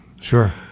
Sure